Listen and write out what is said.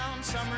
summer